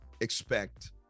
expect